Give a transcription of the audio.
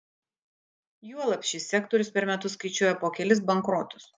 juolab šis sektorius per metus skaičiuoja po kelis bankrotus